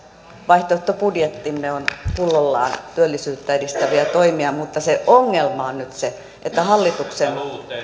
vaihtoehtobudjettimme on pullollaan työllisyyttä edistäviä toimia mutta se ongelma on nyt se että hallituksen